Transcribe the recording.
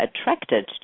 attracted